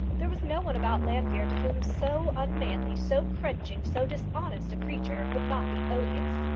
there was no one about llanfeare to whom so unmanly, so cringing, so dishonest a creature would not be odious.